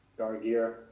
Gargir